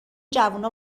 جوونا